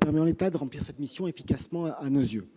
permet, en l'état, de remplir cette mission efficacement à nos yeux.